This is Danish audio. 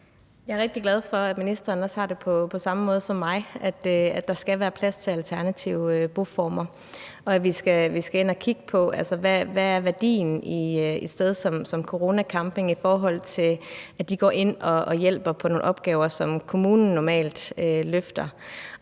Jeg er rigtig glad for, at ministeren har det på samme måde som mig, altså at der skal være plads til alternative boformer, og at vi skal ind at kigge på, hvad værdien af et sted som Corona Camping er, i forhold til at de går ind og hjælper med nogle opgaver, som kommunen normalt løfter.